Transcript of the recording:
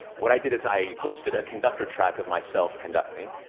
what i did is i posted a conductor track of myself conducting.